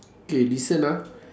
K listen ah